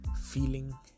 feeling